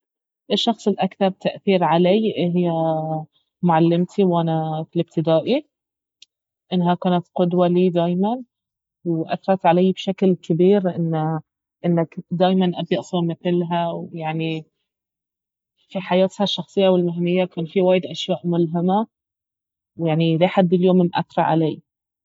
الشخص الأكثر تاثير علي اهي معلمتي وانا في الابتدائي انها كانت قدوة لي دايما واثرت علي بشكل كبير انه دايما ابي اصير مثلها ويعني في حياتها الشخصية والمهنية كان في وايد أشياء ملهمة ويعني لحد اليوم مأثرة علي